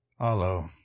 Hello